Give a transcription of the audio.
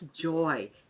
joy